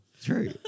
True